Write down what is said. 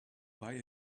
buy